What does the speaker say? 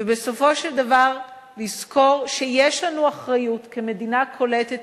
ובסופו של דבר לזכור שיש לנו אחריות כמדינה קולטת